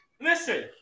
Listen